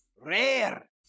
Rare